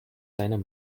seiner